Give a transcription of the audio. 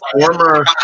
former